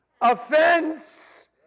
Offense